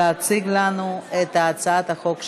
להציג לנו את הצעת החוק שלך.